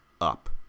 up